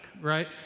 right